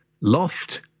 loft